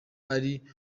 ari